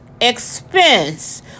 expense